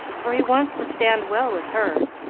for he wants to stand well with her,